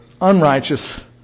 unrighteous